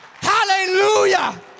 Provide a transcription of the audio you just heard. Hallelujah